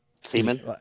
Semen